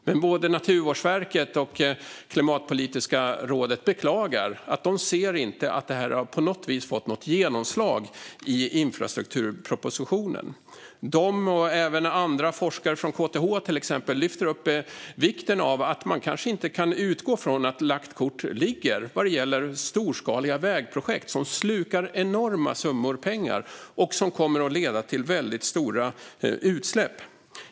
Men både Naturvårdsverket och Klimatpolitiska rådet beklagar att de inte ser att detta på något vis har fått något genomslag i infrastrukturpropositionen. De och även forskare från KTH till exempel lyfter upp vikten av att man kanske inte kan utgå från att lagt kort ligger vad gäller storskaliga vägprojekt, som slukar enorma summor pengar och som kommer att leda till väldigt stora utsläpp.